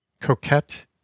Coquette